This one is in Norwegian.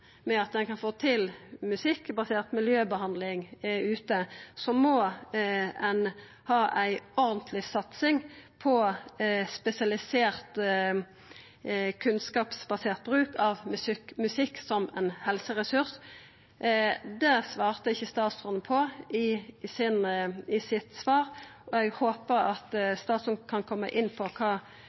med at ein kan få til musikkbasert miljøbehandling ute må ein ha ei ordentleg satsing på spesialisert kunnskapsbasert bruk av musikk som ein helseressurs. Det svarte ikkje statsråden på i svaret sitt. Eg håpar at statsråden kan komma inn på kva regjeringa vil gjera for